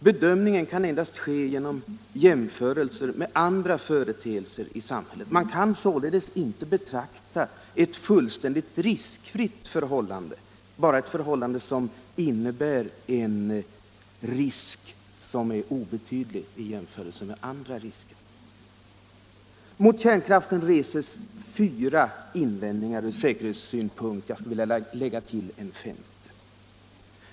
Bedömningen kan endast ske genom jämförelser med andra företeelser i samhället. Man kan således inte sikta mot ett fullständigt riskfritt förhållande utan bara ett förhållande som innebär en risk, som är obetydlig i jämförelse med andra risker. Mot kärnkraften reses fyra invändningar från säkerhetssynpunkt. Jag skulle vilja lägga till en femte.